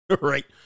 right